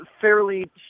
fairly